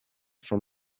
from